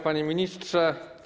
Panie Ministrze!